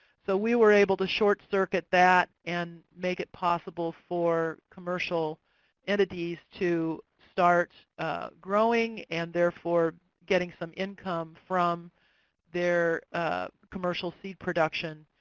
so we were able to short-circuit that and make it possible for commercial entities to start growing, and therefore getting some income from their commercial seed production